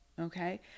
okay